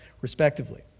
respectively